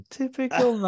typical